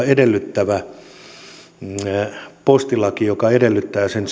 edellyttävä postilaki joka edellyttää sen